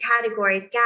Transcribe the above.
categories